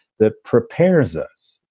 that prepares us.